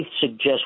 suggest